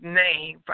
name